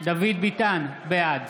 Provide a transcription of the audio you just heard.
בעד